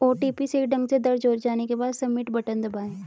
OTP सही ढंग से दर्ज हो जाने के बाद, सबमिट बटन दबाएं